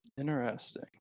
Interesting